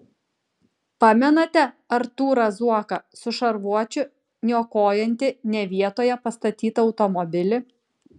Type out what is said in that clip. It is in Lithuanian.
pamenate artūrą zuoką su šarvuočiu niokojantį ne vietoje pastatytą automobilį